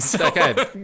Okay